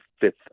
Fifth